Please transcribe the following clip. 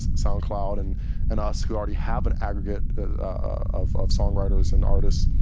soundcloud, and and us, who already have an aggregate of of songwriters and artists.